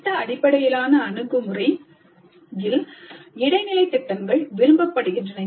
திட்ட அடிப்படையிலான அணுகுமுறையில் இடைநிலை திட்டங்கள் விரும்பப்படுகின்றன